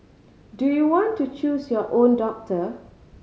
do you want to choose your own doctor